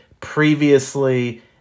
previously